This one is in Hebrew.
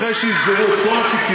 אחרי שיסגרו את כל התיקים,